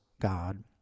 God